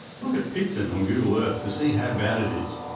look at picton on google earth to see how bad it is.